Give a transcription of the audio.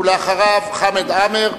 ואחריו חמד עמאר,